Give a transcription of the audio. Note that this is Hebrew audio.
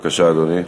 בבקשה, אדוני.